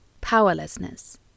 powerlessness